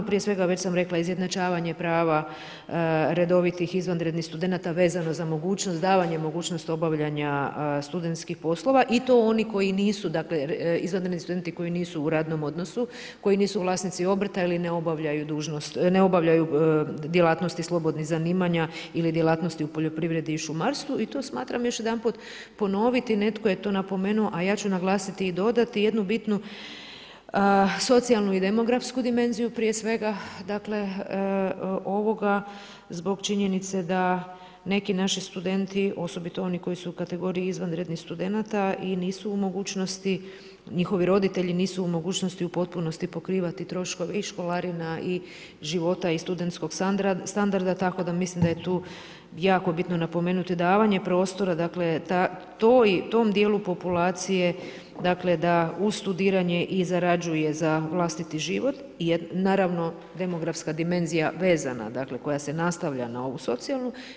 Prije svega, već sam rekla, izjednačavanje prava redovitih i izvanrednih studenata vezano za mogućnost, davanje mogućnost obavljanja studentskih poslova i to oni koji nisu, izvanredni studenti koji nisu u radnom odnosu, koji nisu vlasnici obrta ili ne obavljaju djelatnosti slobodnih zanimanja ili djelatnosti u poljoprivredi i šumarstvu i to smatram još jedanput ponoviti, netko je to napomenuo, a ja ću naglasiti i dodati jednu bitnu socijalnu i demografsku dimenziju prije svega ovoga zbog činjenice da neki naši studenti, osobito oni koji su u kategoriji izvanrednih studenata i nisu u mogućnosti, njihovi roditelji nisu u mogućnosti u potpunosti pokrivati troškove i školarina i života i studentskog standarda, tako da mislim da je tu jako bitno napomenuti davanje prostora, dakle tom djelu populacije da uz studiranje i zarađuje za vlastiti život jer naravno demografska dimenzija je vezana, dakle koja se nastavlja na ovu socijalnu.